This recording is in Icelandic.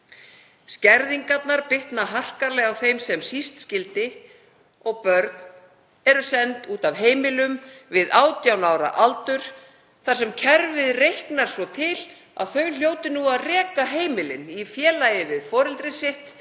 Skerðingarnar bitna harkalega á þeim sem síst skyldi og börn eru send út af heimilum við 18 ára aldur þar sem kerfið reiknar svo til að þau hljóti nú að reka heimilin í félagi við foreldri sitt